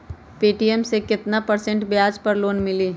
Paytm मे केतना percent ब्याज पर लोन मिली?